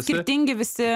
skirtingi visi